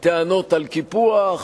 טענות על קיפוח,